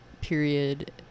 period